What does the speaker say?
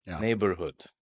neighborhood